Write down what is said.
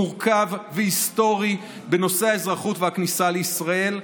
מורכב והיסטורי בנושא האזרחות והכניסה לישראל,